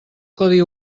codi